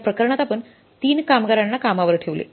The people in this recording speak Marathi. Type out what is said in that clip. या प्रकरणात आपण 3 कामगारांना कामावर ठेवले